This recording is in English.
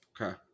Okay